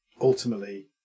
ultimately